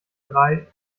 drei